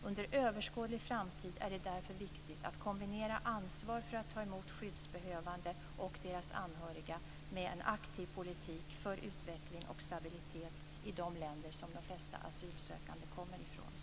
Under överskådlig framtid är det därför viktigt att kombinera ansvar för att ta emot skyddsbehövande och deras anhöriga med en aktiv politik för utveckling och stabilitet i de länder som de flesta asylsökande kommer från.